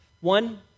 One